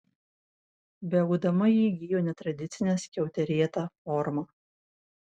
beaugdama ji įgijo netradicinę skiauterėtą formą